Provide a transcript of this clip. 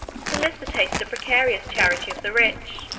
solicited the precarious charity of the rich